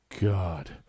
God